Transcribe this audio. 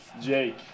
Jake